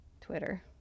Twitter